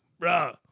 bruh